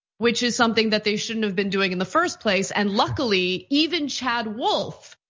which is something that they shouldn't have been doing in the first place. and luckily, even chad wolf,